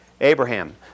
Abraham